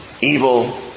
evil